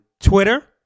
Twitter